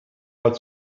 hat